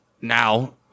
Now